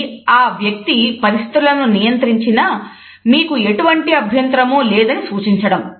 ఇది ఆ వ్యక్తి పరిస్థితులను నియంత్రించినా మీకు ఎటువంటి అభ్యంతరము లేదని సూచించడం